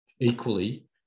equally